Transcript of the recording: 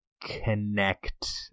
connect